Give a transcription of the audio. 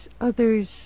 others